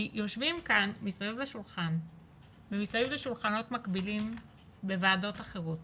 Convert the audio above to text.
יושבים כאן מסביב לשולחן וסביב שולחנות בוועדות אחרות